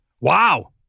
Wow